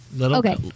Okay